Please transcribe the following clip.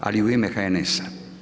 Ali u ime HNS-a.